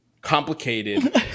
complicated